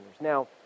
Now